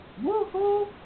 Woohoo